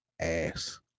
ass